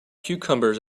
cucumbers